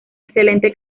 excelente